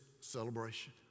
celebration